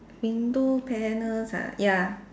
window panels ah ya